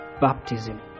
baptism